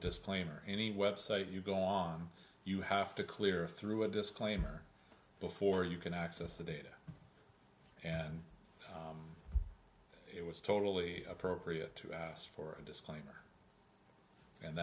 disclaimer any website you go along you have to clear through a disclaimer before you can access the data and it was totally appropriate to us for a disclaimer and